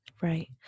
Right